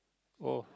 oh